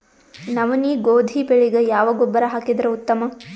ನವನಿ, ಗೋಧಿ ಬೆಳಿಗ ಯಾವ ಗೊಬ್ಬರ ಹಾಕಿದರ ಉತ್ತಮ?